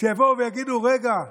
שיבואו ויגידו: רגע,